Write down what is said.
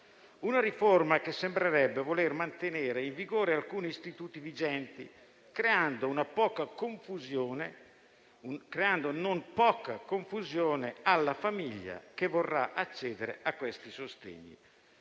una riforma che sembrerebbe voler mantenere in vigore alcuni istituti vigenti, creando non poca confusione alla famiglia che vorrà accedere a questi sostegni.